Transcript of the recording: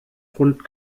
rund